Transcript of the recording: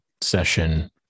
session